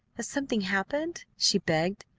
has something happened? she begged.